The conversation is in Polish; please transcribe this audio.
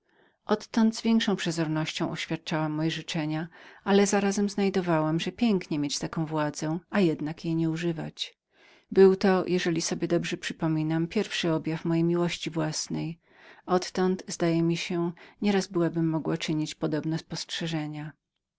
odtąd z większą przezornością oświadczałam moje życzenia ale zarazem znajdowałam że pięknie było mieć taką władzę a jednak jej nie nadużywać był to jeżeli sobie dobrze przypominam pierwszy pojaw mojej miłości własnej odtąd zdaje mi się że nieraz byłabym mogła czynić podobne spostrzeżenia